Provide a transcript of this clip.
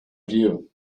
view